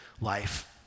life